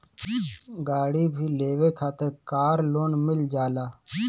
गाड़ी भी लेवे खातिर कार लोन मिल जाला